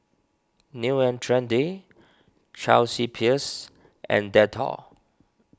New and Trendy Chelsea Peers and Dettol